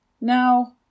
Now